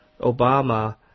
Obama